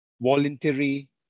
voluntary